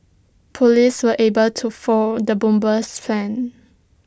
Police were able to foil the bomber's plans